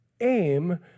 aim